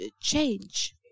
change